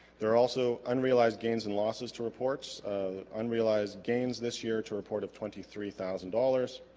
there are also unrealized gains and losses to reports unrealized gains this year to report of twenty three thousand dollars